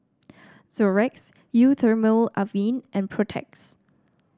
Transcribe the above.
Xorex Eau Thermale Avene and Protex